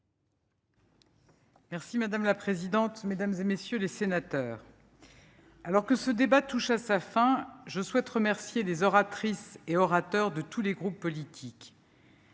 Madame la présidente, mesdames, messieurs les sénateurs, alors que ce débat touche à sa fin, je tiens à remercier les oratrices et les orateurs de tous les groupes politiques.